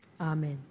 Amen